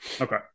Okay